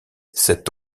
cette